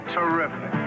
Terrific